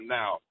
now